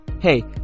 hey